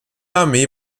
armee